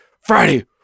Friday